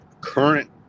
current